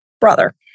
brother